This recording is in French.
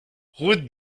route